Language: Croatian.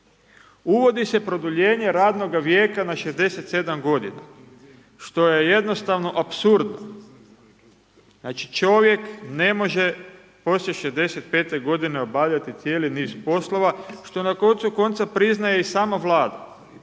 Uvodi se produljenje radnoga vijeka na 67 g. što je jednostavno apsurdno. Znači čovjek ne može poslije 65 g. obavljati cijeli niz poslova, što na koncu konca priznaje i sama vlada,